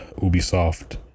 Ubisoft